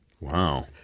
Wow